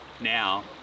now